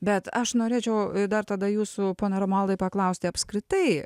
bet aš norėčiau dar tada jūsų pone romualdai paklausti apskritai